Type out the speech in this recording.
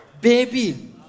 baby